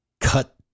cut